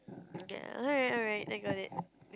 okay alright alright I got it